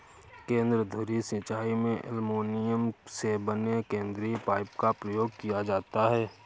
केंद्र धुरी सिंचाई में एल्युमीनियम से बने केंद्रीय पाइप का प्रयोग किया जाता है